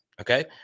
okay